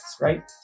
right